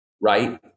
right